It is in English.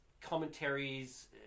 commentaries